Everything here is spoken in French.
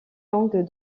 langues